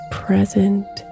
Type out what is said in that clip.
present